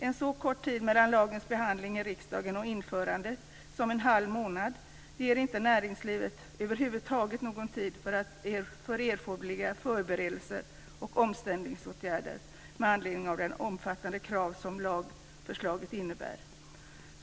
En så kort tid mellan lagens behandling i riksdagen och införandet som en halv månad ger inte näringslivet över huvud taget någon tid för erforderliga förberedelser och omställningsåtgärder med anledning av de omfattande krav som lagförslaget innebär.